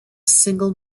single